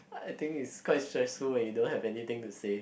I think is quite stressful when you don't have anything to say